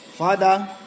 Father